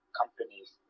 companies